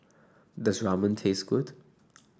does Ramen taste good